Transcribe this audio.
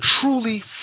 truly